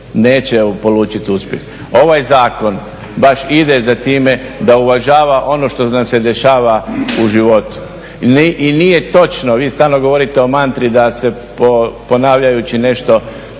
neće polučiti uspjeh. Ovaj zakon baš ide za time da uvažava ono što nam se dešava u životu. I nije točno, vi stalno govorite o mantri da se ponavljajući nešto